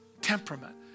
Temperament